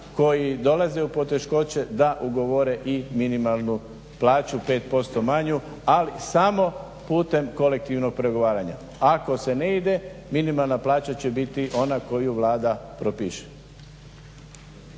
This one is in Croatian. koji dolaze u poteškoće da ugovore i minimalnu plaću 5% manju, ali samo putem kolektivnog pregovaranja. Ako se ne ide minimalna plaća će biti ona koju Vlada propiše.